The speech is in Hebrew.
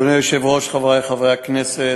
אדוני היושב-ראש, חברי חברי הכנסת,